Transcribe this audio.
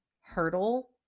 hurdle